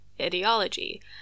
ideology